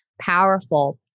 powerful